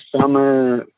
summer